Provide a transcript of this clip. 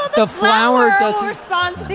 ah flour does respond